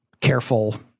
careful